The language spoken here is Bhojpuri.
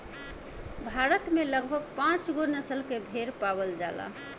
भारत में लगभग पाँचगो नसल के भेड़ पावल जाला